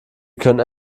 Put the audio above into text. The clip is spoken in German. können